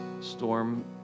storm